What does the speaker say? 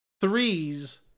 threes